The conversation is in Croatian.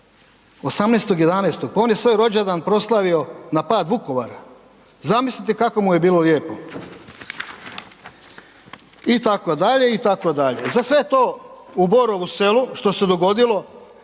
18.11., pa on je svoj rođendan proslavio na pad Vukovara. Zamislite kako mu je bilo lijepo. Itd., itd. Za sve to u Borovu Selu što se dogodilo,